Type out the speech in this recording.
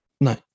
no